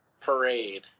parade